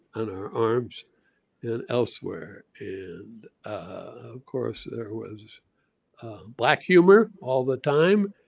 and our arms and elsewhere. and of course it was black humor all the time.